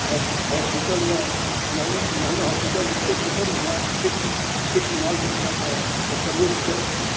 house हॉस्पिटलमे जहने जहने हॉस्पिटल जाइ छै तऽ ओतय माल किछु किछु माल दक्षिणाके के प्रयोग कयल